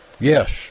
Yes